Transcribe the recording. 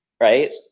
right